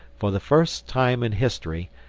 for the first time in history,